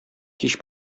кич